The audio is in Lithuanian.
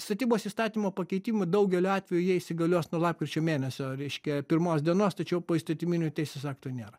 statybos įstatymo pakeitimų daugeliu atvejų jie įsigalios nuo lapkričio mėnesio reiškia pirmos dienos tačiau poįstatyminių teisės aktų nėra